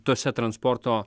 tose transporto